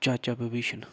चाचा विभीषण